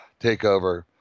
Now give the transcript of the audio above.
takeover